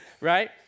right